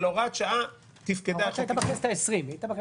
אבל הוראת שעה תפקדה --- היא הייתה בכנסת העשרים.